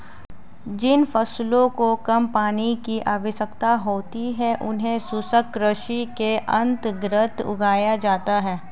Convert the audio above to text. जिन फसलों को कम पानी की आवश्यकता होती है उन्हें शुष्क कृषि के अंतर्गत उगाया जाता है